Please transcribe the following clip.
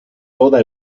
toda